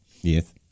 yes